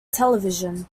television